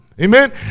Amen